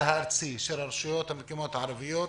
הארצי של הרשויות המקומיות הערביות,